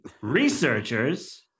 Researchers